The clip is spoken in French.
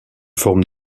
forme